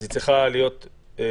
אז היא צריכה להיות ב"לייב",